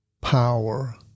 power